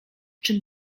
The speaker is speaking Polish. czym